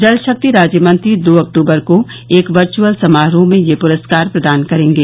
जल शक्ति राज्य मंत्री दो अक्तूबर को एक वर्च्यअल समारोह में यह पुरस्कार प्रदान करेंगे